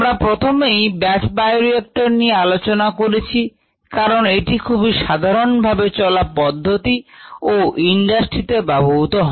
আমরা প্রথমেই batch bioreactor নিয়ে আলোচনা করছি কারণ এটি খুবই সাধারণ ভাবে চলা পদ্ধতি ও ইন্ডাস্ট্রিতে ব্যবহূত হয়